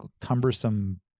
cumbersome